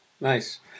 Nice